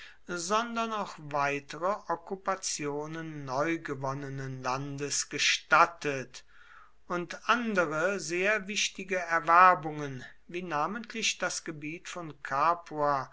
sondern auch weitere okkupationen neugewonnenen landes gestattet und andere sehr wichtige erwerbungen wie namentlich das gebiet von capua